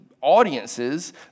audiences